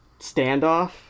standoff